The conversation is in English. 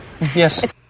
Yes